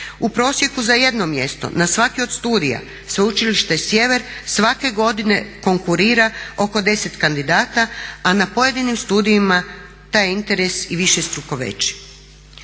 U prosjeku za jedno mjesto na svaki od studija Sveučilište Sjever svake godine konkurira oko 10 kandidata, a na pojedinim studijima taj je interes i višestruko veći.